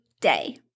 day